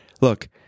look